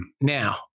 Now